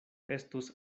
estos